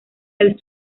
del